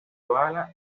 bala